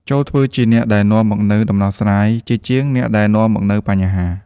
ចូរធ្វើជាអ្នកដែលនាំមកនូវដំណោះស្រាយ ជាជាងអ្នកដែលនាំមកនូវបញ្ហា។